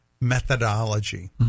methodology